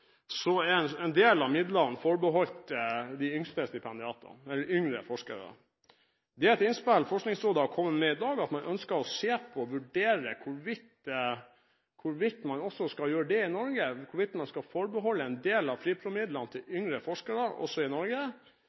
en del av midlene forbeholdt de yngste stipendiatene, eller yngre forskere. Forskningsrådet har altså kommet med et innspill i dag der man ønsker å vurdere hvorvidt man også i Norge skal forbeholde en del av FRIPRO-midlene yngre forskere.